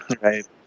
Right